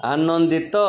ଆନନ୍ଦିତ